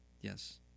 Yes